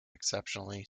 exceptionally